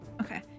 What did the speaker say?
okay